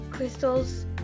crystals